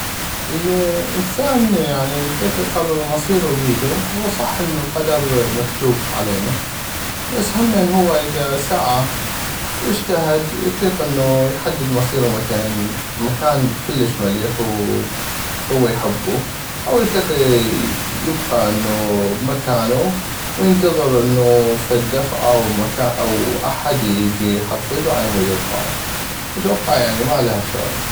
الانسان يعني اطيق يقرر مصيرو بيدو هو صحيح انو القدر مكتوب علينو بس همين اذا هو سعى واجتهد اطيق احدد مصيرو مثلاً بمكان كلش مليح وهو يحبو او اطيق يبقى انو بمكانو وينتظر انو فد دفعة او مكا او احد يجي يحفزو علمود يرفعو اتوقع يعني ما لها شغل.